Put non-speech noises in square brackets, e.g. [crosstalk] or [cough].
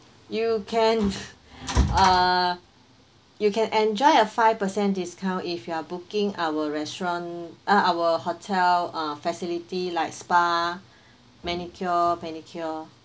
you can [laughs] uh you can enjoy a five percent discount if you are booking our restaurant uh our hotel uh facility like spa manicure pedicure